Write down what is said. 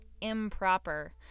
improper